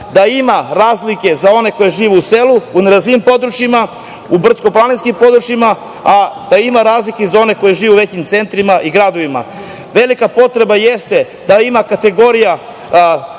da ima razlike za one koji žive u selu, u nerazvijenim područjima, u brdsko-planinskim područjima, a da ima razlike i za one koji žive u većim centrima i gradovima. Velika potreba jeste da ima kategorija